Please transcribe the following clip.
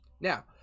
Now